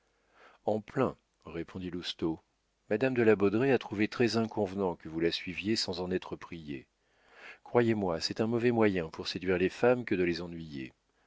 en plein répondit lousteau madame de la baudraye a trouvé très inconvenant que vous la suiviez sans en être prié croyez-moi c'est un mauvais moyen pour séduire les femmes que de les ennuyer